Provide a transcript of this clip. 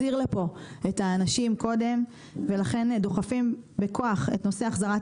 ולכן דוחפים בכוח את נושא החזרת הישראלים על ידי הטבות מס.